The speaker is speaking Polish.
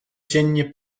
dziennie